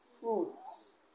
Fruits